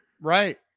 right